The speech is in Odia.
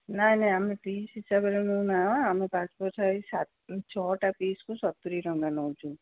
ନାଇଁ ନାଇଁ ଆମେ ପିସ୍ ହିସାବରେ ନେଉନା ଆମେ ଛଅଟା ପିସ୍କୁ ସତୁରି ଟଙ୍କା ନେଉଛୁ